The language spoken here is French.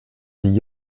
dit